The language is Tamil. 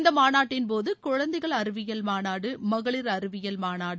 இந்த மாநாட்டின்போது குழந்தைகள் அறிவியல் மாநாடு மகளிர் அறிவியல் மாநாடு